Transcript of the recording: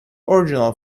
original